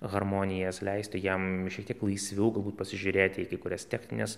harmonijas leistų jam šiek tiek laisviau galbūt pasižiūrėti į kai kurias technines